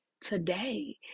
today